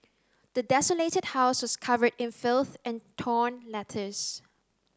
the desolated house was covered in filth and torn letters